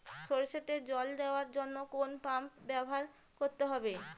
সরষেতে জল দেওয়ার জন্য কোন পাম্প ব্যবহার করতে হবে?